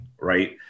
right